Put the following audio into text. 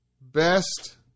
best